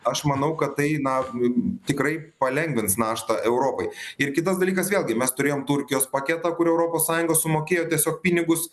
aš manau kad tai na tikrai palengvins naštą europai ir kitas dalykas vėlgi mes turėjom turkijos paketą kur europos sąjunga sumokėjo tiesiog pinigus